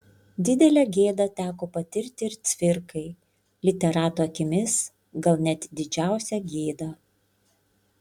didelę gėdą teko patirti ir cvirkai literato akimis gal net didžiausią gėdą